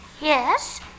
Yes